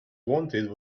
wanted